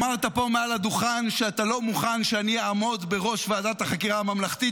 אמרת פה מעל הדוכן שאתה לא מוכן שאני אעמוד בראש ועדת החקירה הממלכתית.